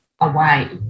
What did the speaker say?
away